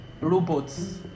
robots